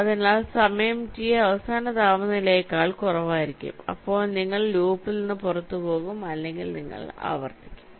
അതിനാൽ സമയം T അവസാന താപനിലയേക്കാൾ കുറവായിരിക്കും അപ്പോൾ നിങ്ങൾ ലൂപ്പിൽ നിന്ന് പുറത്തുപോകും അല്ലെങ്കിൽ നിങ്ങൾ ആവർത്തിക്കും